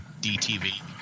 DTV